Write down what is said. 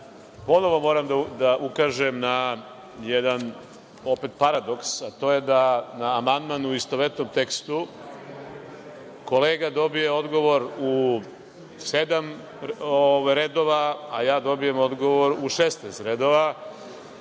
ponovo moram da ukažem na jedan paradoks, a to je da na amandman u istovetnom tekstu kolega dobije odgovor u sedam redova, a ja dobijem odgovor u 16 redova.